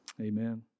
Amen